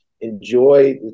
enjoy